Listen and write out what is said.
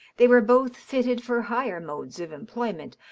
they were both fitted for higher modes of employment,